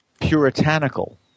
puritanical